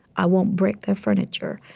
i won't break their furniture.